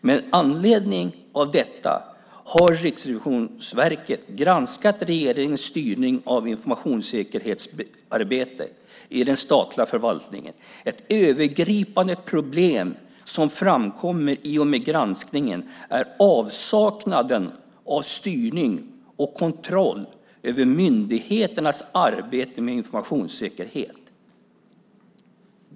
Med anledning av detta har Riksrevisionsverket granskat regeringens styrning av informationssäkerhetsarbetet i den statliga förvaltningen. Ett övergripande problem som framkommit i och med granskningen är avsaknaden av styrning och kontroll över myndigheternas arbete med informationssäkerhet."